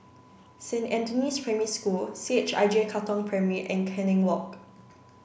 Saint Anthony's Primary School C H I J Katong Primary and Canning Walk